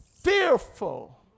fearful